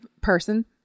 person